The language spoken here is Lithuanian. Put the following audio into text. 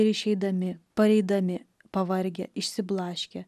ir išeidami pareidami pavargę išsiblaškę